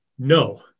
No